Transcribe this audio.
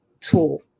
tool